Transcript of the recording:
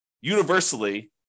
universally